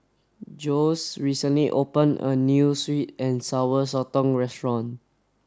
Jose recently opened a new Sweet and Sour Sotong restaurant